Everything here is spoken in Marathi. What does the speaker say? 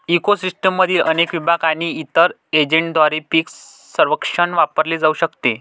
इको सिस्टीममधील अनेक विभाग आणि इतर एजंटद्वारे पीक सर्वेक्षण वापरले जाऊ शकते